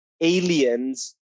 aliens